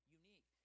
unique